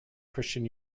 christian